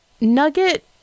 nugget